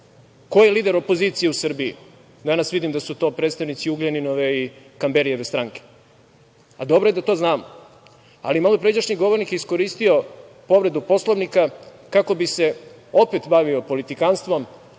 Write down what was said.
ko je lider opozicije u Srbiji. Danas vidim da su to predstavnici Ugljaninove i Kamberijeve stranke. Dobro je da to znamo. Ali, malopređašnji govornik je iskoristio povredu Poslovnika, kako bi se opet bavio politikanstvom,